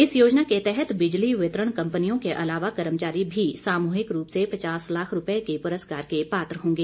इस योजना के तहत बिजली वितरण कंपनियों के अलावा कर्मचारी भी सामूहिक रूप से पचास लाख रुपये के पुरस्कार के पात्र होंगे